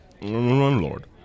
Lord